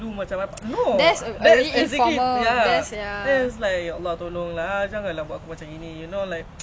how are you gonna disrespect orh